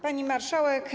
Pani Marszałek!